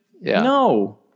No